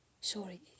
Sorry